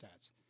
stats